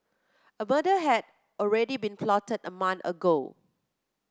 a murder had already been plotted a month ago